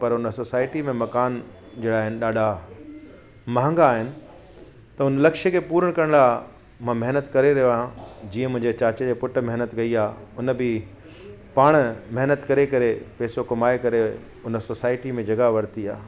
पर उन सोसाइटी में मकान जहिड़ा आहिनि ॾाढा महांगा आहिनि त उन लक्षय खे पुरो करण लाइ मां महिनत करे रहियो आहियां जीअं मुंहिंजे चाचे जे पुट महिनत कई आ उन बि पाण महिनत करे करे पेसो कमाए करे उन सोसाइटी में जॻह वरती आहे